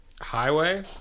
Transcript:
Highway